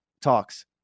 talks